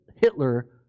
Hitler